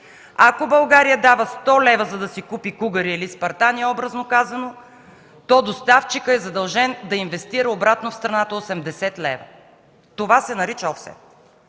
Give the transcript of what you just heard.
Ако България дава 100 лв., за да си купи „кугъри” или „спартани”, образно казано, то доставчикът е задължен да инвестира обратно в страната 80 лв. – това се нарича офсет.